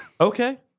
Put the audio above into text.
okay